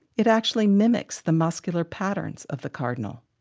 it actually mimics the muscular patterns of the cardinal.